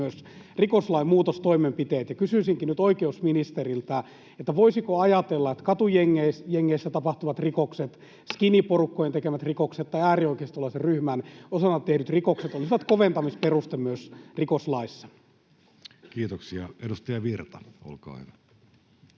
myös rikoslain muutostoimenpiteet. Kysyisinkin nyt oikeusministeriltä: voisiko ajatella, että katujengeissä tapahtuvat rikokset, skiniporukkojen tekemät rikokset tai äärioikeistolaisen ryhmän osana tehdyt rikokset olisivat koventamisperuste myös rikoslaissa? Kiitoksia. — Edustaja Virta, olkaa hyvä.